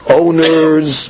owner's